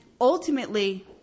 ultimately